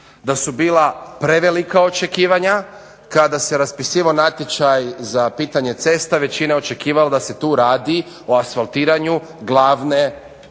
da su bila prevelika očekivanja. Kada se raspisivao natječaj za pitanje cesta većina je očekivala da se tu radi o asfaltiranju glavne ulice